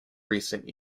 recent